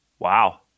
Wow